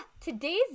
today's